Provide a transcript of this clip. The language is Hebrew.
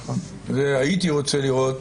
והייתי רוצה לראות